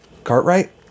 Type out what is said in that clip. Cartwright